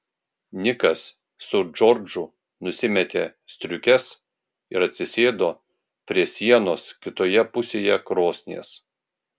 nikas su džordžu nusimetė striukes ir atsisėdo prie sienos kitoje pusėje krosnies